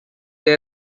they